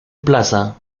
plaza